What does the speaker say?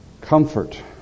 Comfort